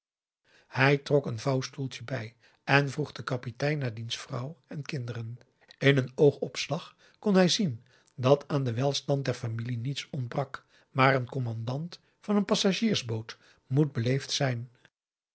hij trok een vouwstoeltje bij en vroeg den kapitein naar diens vrouw en de kinderen in een oogopslag kon hij zien dat aan den welstand der familie niets ontbrak maar een commandant van een passagiersboot moet beleefd zijn